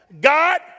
God